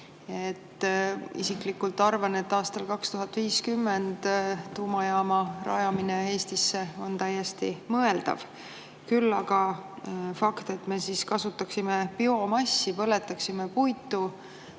isiklikult arvan, et aastal 2050 tuumajaama rajamine Eestisse on täiesti mõeldav. Küll aga plaan, et me kasutaksime siis biomassi, põletaksime puitu